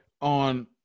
on –